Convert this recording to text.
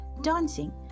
dancing